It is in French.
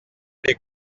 les